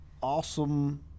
awesome